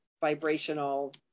vibrational